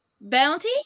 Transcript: bounty